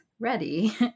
ready